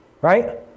Right